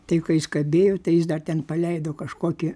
tai kai jis kabėjo tai jis dar ten paleido kažkokį